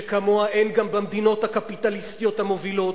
שכמוה אין גם במדינות הקפיטליסטיות המובילות.